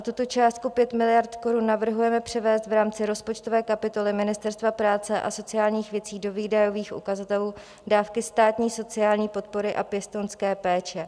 Tuto částku 5 miliard korun navrhujeme převést v rámci rozpočtové kapitoly Ministerstva práce a sociálních věcí do výdajových ukazatelů Dávky státní sociální podpory a pěstounské péče.